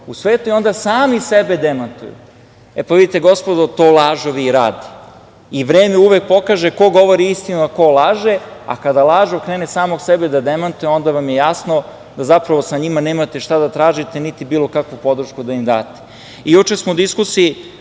u svetu. Onda sami sebe demantuju. Vidite gospodo, to lažovi i rade. Vreme uvek pokaže ko govori istinu, a ko laže, a kada lažu krene samog sebe da demantuje, onda vam je jasno da zapravo sa njima nemate šta da tražiti, niti bilo kakvu podršku da im date. Juče smo u diskusiji